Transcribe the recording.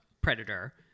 predator